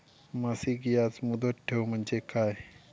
मासिक याज मुदत ठेव म्हणजे काय?